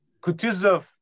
Kutuzov